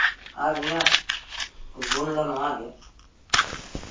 ᱟᱨ ᱤᱧᱟᱹᱜ ᱜᱩᱱ ᱫᱚ ᱱᱚᱶᱟ ᱜᱮ